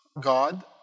God